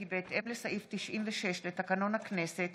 כי בהתאם לסעיף 96 לתקנון הכנסת,